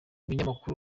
binyamakuru